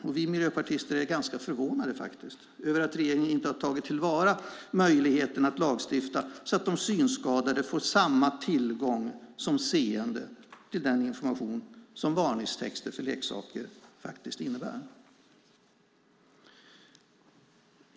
Vi miljöpartister är ganska förvånade över att regeringen inte tagit till vara möjligheten att lagstifta så att de synskadade får samma tillgång som seende till den information som varningstexter på leksaker innebär.